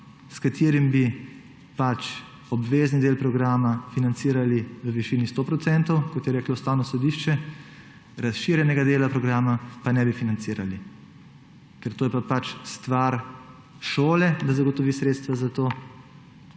s katerim bi obvezni del programa financirali v višini 100 %, kot je reklo Ustavno sodišče, razširjenega dela programa pa ne bi financirali, ker to je pa stvar šole, da zagotovi sredstva za to,